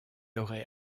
aurait